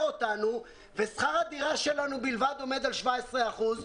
אותנו ושכר הדירה שלנו בלבד עומד על 17%,